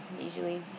usually